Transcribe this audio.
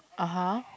(uh huh)